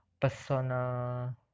personal